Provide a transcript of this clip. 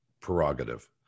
prerogative